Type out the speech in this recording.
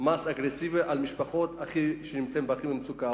מס אגרסיבי על המשפחות שהכי נמצאות במצוקה.